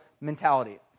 mentality